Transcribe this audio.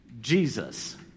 Jesus